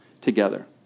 together